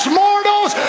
mortals